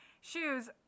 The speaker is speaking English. shoes